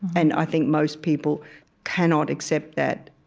and i think most people cannot accept that,